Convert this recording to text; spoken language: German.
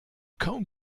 kaum